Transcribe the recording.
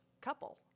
couple